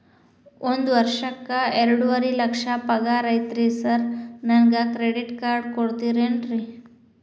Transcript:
ಒಂದ್ ವರ್ಷಕ್ಕ ಎರಡುವರಿ ಲಕ್ಷ ಪಗಾರ ಐತ್ರಿ ಸಾರ್ ನನ್ಗ ಕ್ರೆಡಿಟ್ ಕಾರ್ಡ್ ಕೊಡ್ತೇರೆನ್ರಿ?